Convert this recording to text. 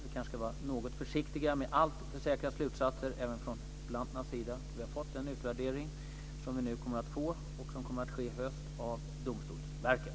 Vi kanske ska vara något försiktiga med alltför säkra slutsatser även från interpellanternas sida tills vi har fått utvärderingen. Den kommer att läggas fram i höst av Domstolsverket.